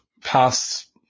past